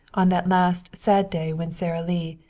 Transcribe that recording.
on that last sad day when sara lee,